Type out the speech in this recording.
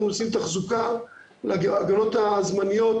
אנחנו עושים תחזוקה להגנות הזמניות